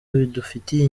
bidufitiye